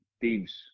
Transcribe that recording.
teams